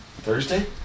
Thursday